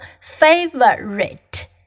Favorite